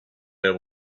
been